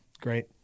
Great